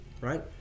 right